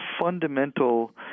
fundamental